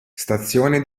stazione